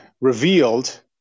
revealed